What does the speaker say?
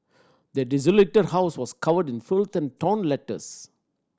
the desolated house was covered in filth and torn letters